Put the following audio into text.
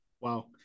Wow